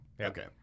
Okay